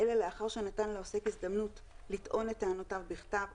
אלא לאחר שנתן לעוסק הזדמנות לטעון את טענותיו בכתב,